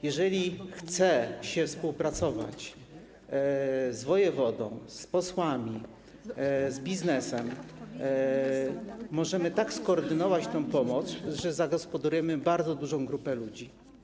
Jeżeli chce się współpracować z wojewodą, z posłami, z biznesem, można tak skoordynować tę pomoc, że zagospodarujemy bardzo dużą grupę ludzi.